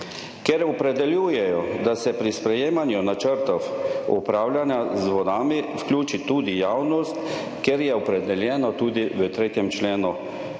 ker opredeljujejo, da se pri sprejemanju načrtov upravljanja z vodami vključi tudi javnost, kar je opredeljeno tudi v 3. členu